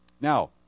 Now